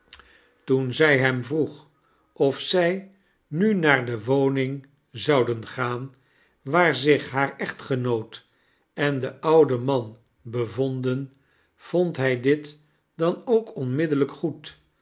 toen zij hem vroeg of zij nu haar d woning zouden gaah waar zich haar echtgenoot en de oude man beyoadea vond hij dit dan ook oamiddiellijk goed